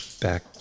Back